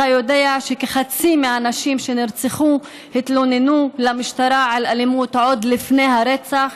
אתה יודע שכחצי מהנשים שנרצחו התלוננו במשטרה על אלימות עוד לפני הרצח?